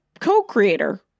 co-creator